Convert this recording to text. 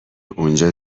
اونجا